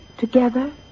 Together